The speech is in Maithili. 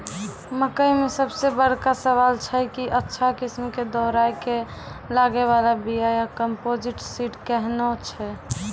मकई मे सबसे बड़का सवाल छैय कि अच्छा किस्म के दोहराय के लागे वाला बिया या कम्पोजिट सीड कैहनो छैय?